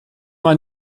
man